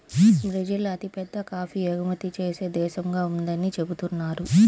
Brazil అతిపెద్ద coffee ఎగుమతి చేసే దేశంగా ఉందని చెబుతున్నారు